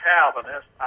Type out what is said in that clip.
Calvinist